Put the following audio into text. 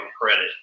credit